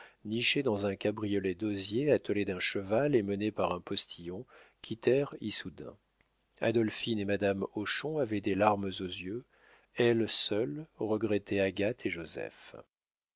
nichés dans un cabriolet d'osier attelé d'un cheval et mené par un postillon quittèrent issoudun adolphine et madame hochon avaient des larmes aux yeux elles seules regrettaient agathe et joseph